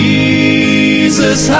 Jesus